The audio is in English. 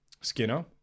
Skinner